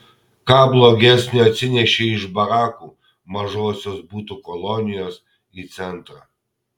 ką blogesnio atsinešei iš barakų mažosios butų kolonijos į centrą